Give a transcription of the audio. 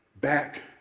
back